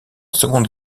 seconde